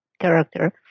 character